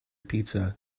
pizza